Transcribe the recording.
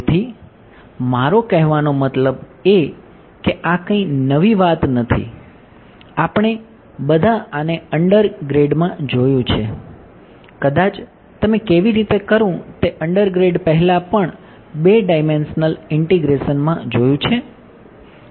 તેથી મારો કહેવાનો મતલબ એ કે આ કંઈ નવી વાત નથી આપણે બધા આને અંડરગ્રેડમાં જોયું છે કદાચ તમે કેવી રીતે કરવું તે અંડરગ્રેડ પહેલાં પણ 2 ડાઈમેંશનલ ઇંટિગ્રેશનમાં જોયું છે